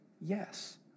yes